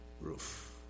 roof